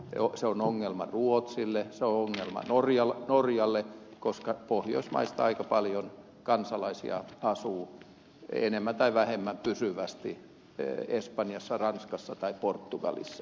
se on ongelma ruotsille se on ongelma norjalle koska pohjoismaista aika paljon kansalaisia asuu enemmän tai vähemmän pysyvästi espanjassa ranskassa tai portugalissa